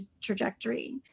trajectory